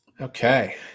Okay